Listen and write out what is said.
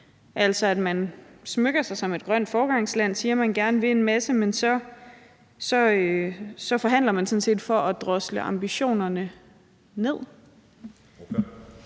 altså at man smykker sig med at være et grønt foregangsland og siger, at man gerne vil en masse, men så forhandler man sådan set for at drosle ambitionerne ned?